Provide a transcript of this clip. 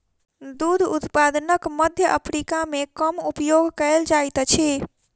दूध उत्पादनक मध्य अफ्रीका मे कम उपयोग कयल जाइत अछि